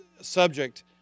subject